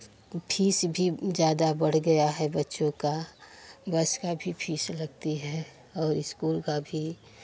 fees भी ज़्यादा बढ़ गया है बच्चों का बस का भी फीस लगती है और इस्कूल का भी